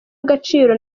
agaciro